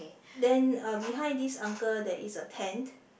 then uh behind this uncle there is a tent